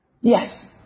Yes